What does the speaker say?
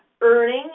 earning